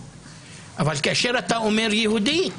אבל כאשר אתה אומר יהודי,